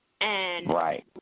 Right